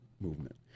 movement